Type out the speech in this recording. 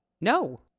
No